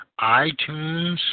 iTunes